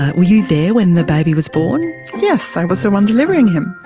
were you there when the baby was born yes, i was the one delivering him.